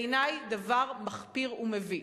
בעיני דבר מחפיר ומביש.